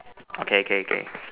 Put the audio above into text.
okay okay okay